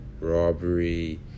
robbery